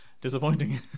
disappointing